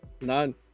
None